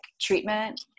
treatment